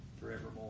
forevermore